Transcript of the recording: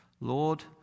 Lord